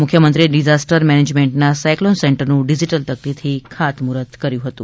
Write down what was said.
મુખ્યમંત્રી ડિઝાસ્ટર મેનેજમેન્ટના સાયકલોન સેન્ટરનું ડિઝિટલ તકતીથી ખાત મુહુર્ત કર્યું હતું